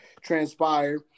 transpire